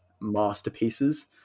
masterpieces